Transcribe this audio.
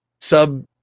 sub